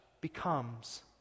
becomes